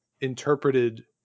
interpreted